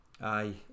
Aye